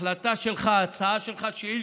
החלטה שלך, הצעה שלך,